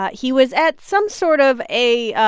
ah he was at some sort of a